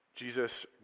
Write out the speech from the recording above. Jesus